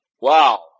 Wow